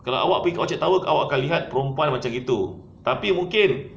kalau awak tengok dekat orchard tower awak akan lihat perempuan macam gitu tapi mungkin